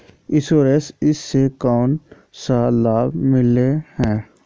Insurance इस से कोन सा लाभ मिले है?